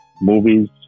movies